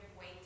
wait